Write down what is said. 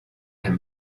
him